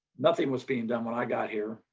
nothing was being done when i got here.